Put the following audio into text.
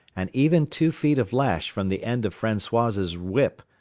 and even two feet of lash from the end of francois's whip.